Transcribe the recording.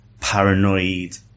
paranoid